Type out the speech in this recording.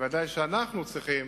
ודאי שאנחנו צריכים